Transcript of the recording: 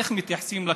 איך מתייחסים לכיבוש.